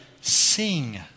sing